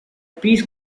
piece